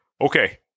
Okay